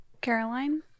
Caroline